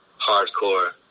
hardcore